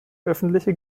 öffentliche